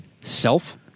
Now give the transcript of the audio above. Self